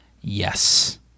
yes